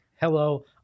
Hello